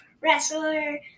wrestler